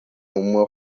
uma